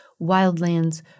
wildlands